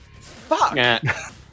Fuck